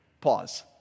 Pause